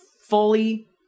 fully